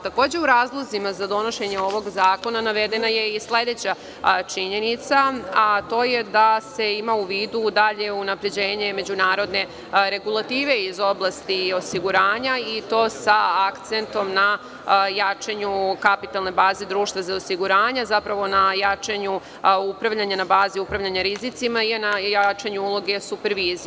Takođe, u razlozima za donošenje ovog zakona navedena je i sledeća činjenica, a to je da se ima u vidu dalje unapređenje međunarodne regulative iz oblasti osiguranja, i to sa akcentom na jačanju kapitalne baze društva za osiguranja, zapravo na jačanju upravljanja na bazi upravljanja rizicima i na jačanju uloge supervizije.